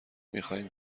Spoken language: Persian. میخواییم